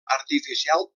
artificial